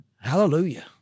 Hallelujah